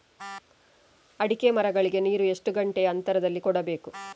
ಅಡಿಕೆ ಮರಗಳಿಗೆ ನೀರು ಎಷ್ಟು ಗಂಟೆಯ ಅಂತರದಲಿ ಕೊಡಬೇಕು?